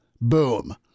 boom